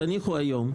תניחו היום,